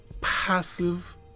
passive